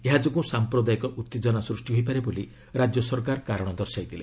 ଏହା ଯୋଗୁଁ ସାମ୍ପ୍ରଦାୟିକ ଉତ୍ତେକନା ସୃଷ୍ଟି ହୋଇପାରେ ବୋଲି ରାଜ୍ୟସରକାର କାରଣ ଦର୍ଶାଇଥିଲେ